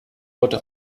wurde